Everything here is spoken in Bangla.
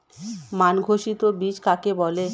মান ঘোষিত বীজ কাকে বলে?